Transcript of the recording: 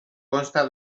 consta